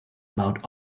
about